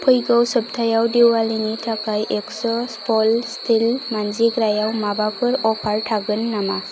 फैगौ सबथायाव दिवालीनि थाखाय एक्स' सफल स्टिल मानजिग्रायाव माबाफोर अफार थागोन नामा